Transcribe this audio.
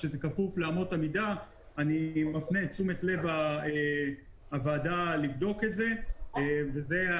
אני שואל פעם שביעית בדיון הזה: אתם עשיתם